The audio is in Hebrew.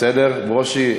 בסדר, ברושי?